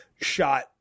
shot